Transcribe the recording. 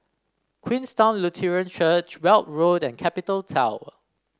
Queenstown Lutheran Church Weld Road and Capital Tower